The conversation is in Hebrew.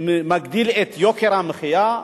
יוקר המחיה,